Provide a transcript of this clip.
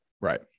Right